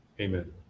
Amen